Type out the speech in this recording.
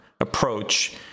approach